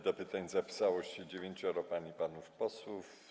Do pytań zapisało się dziewięcioro pań i panów posłów.